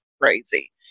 crazy